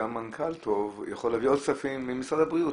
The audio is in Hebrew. גם מנכ"ל טוב יכול להביא עוד כספים ממשרד הבריאות.